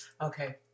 okay